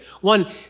One